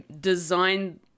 design